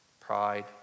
pride